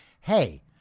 hey